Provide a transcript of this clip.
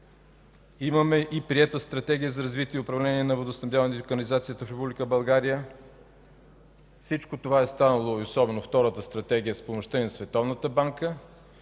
имаме и приета Стратегия за развитие и управление на водоснабдяването и канализацията в Република България, всичко това е станало, особено втората стратегия, с помощта и на